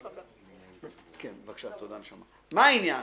מה העניין?